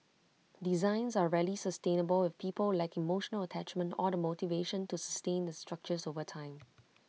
designs are rarely sustainable if people lack emotional attachment or the motivation to sustain the structures over time